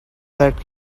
that